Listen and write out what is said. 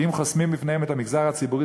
כי אם חוסמים בפניהם את המגזר הציבורי,